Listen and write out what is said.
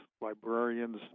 librarians